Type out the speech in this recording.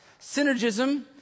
synergism